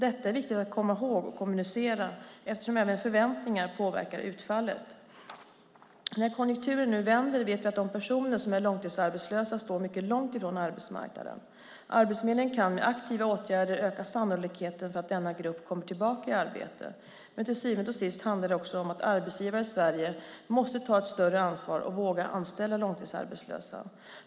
Detta är viktigt att komma ihåg och kommunicera, eftersom även förväntningar påverkar utfallet. När konjunkturen nu vänder vet vi att de personer som är långtidsarbetslösa står mycket långt ifrån arbetsmarknaden. Arbetsförmedlingen kan med aktiva åtgärder öka sannolikheten för att denna grupp kommer tillbaka i arbete, men till syvende och sist handlar det också om att arbetsgivare i Sverige måste ta ett större ansvar och våga anställa långtidsarbetslösa.